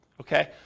Okay